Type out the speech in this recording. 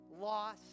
loss